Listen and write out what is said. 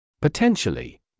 Potentially